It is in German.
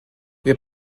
wir